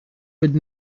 with